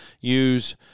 use